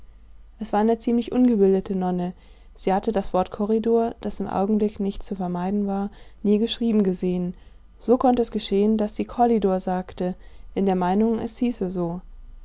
es war eine ziemlich ungebildete nonne sie hatte das wort korridor das im augenblick nicht zu vermeiden war nie geschrieben gesehen so konnte es geschehen daß sie kollidor sagte in der meinung es hieße so